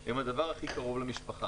העובדים בשבילנו הם הדבר הכי קרוב למשפחה.